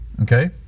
okay